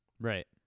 Right